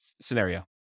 scenario